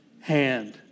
hand